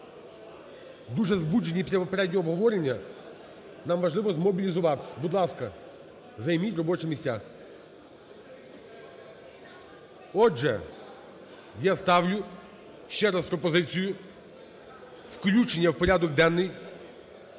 Дуже збуджені після попереднього обговорення, нам важливо змобілізуватися. Будь ласка, займіть робочі місця. Отже, я ставлю ще раз пропозицію включення в порядок денний